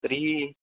तर्हि